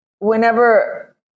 whenever